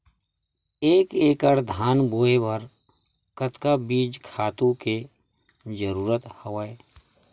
एक एकड़ धान बोय बर कतका बीज खातु के जरूरत हवय?